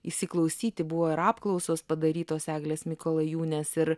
įsiklausyti buvo ir apklausos padarytos eglės mikalajūnės ir